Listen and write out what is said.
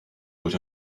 what